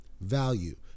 value